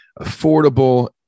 affordable